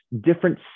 different